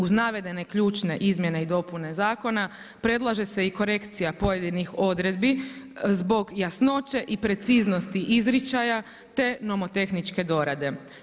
Uz navedene ključne izmjene i dopune zakona, predlaže se i korekcija pojedinih odredbi zbog jasnoće i preciznosti izričaja te novotehničke dorade.